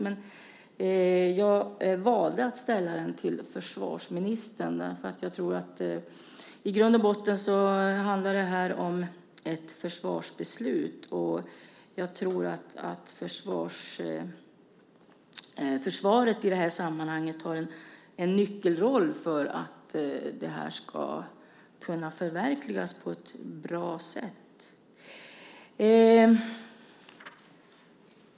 Men jag valde att ställa den till försvarsministern, därför att det i grund och botten handlar om ett försvarsbeslut. Jag tror att försvaret i sammanhanget har en nyckelroll för att detta ska kunna förverkligas på ett bra sätt.